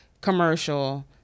commercial